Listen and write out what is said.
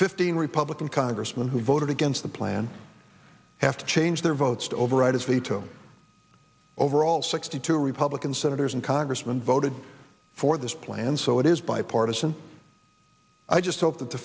fifteen republican congressmen who voted against the plan have to change their to override his veto overall sixty two republican senators and congressman voted for this plan so it is bipartisan i just hope that the